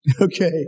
Okay